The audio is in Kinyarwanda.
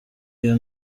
iyo